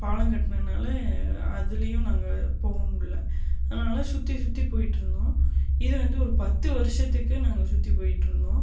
பாலம் கட்டினதுனால அதுலேயும் நாங்கள் போக முடியல அதனால சுற்றி சுற்றி போயிட்டுருந்தோம் இது வந்து ஒரு பத்து வருடத்துக்கு நாங்கள் சுற்றி போயிட்டுருந்தோம்